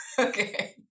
okay